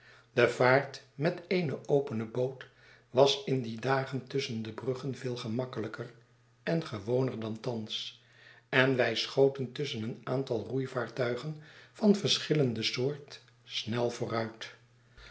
jde vaart met eene opene boot was in die dagen tusschen de bruggen veel gemakkelijker en gewoner dan thans en wij schoten tusschen een aantal roeivaartuigen van verschillende soort snel vooruit